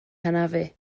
hanafu